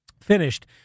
finished